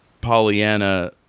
Pollyanna